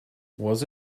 was